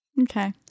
Okay